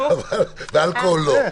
ואלכוהול לא.